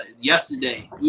yesterday